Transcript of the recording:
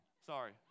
Sorry